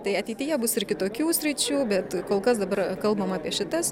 tai ateityje bus ir kitokių sričių bet kol kas dabar kalbam apie šitas